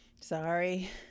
Sorry